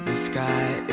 sky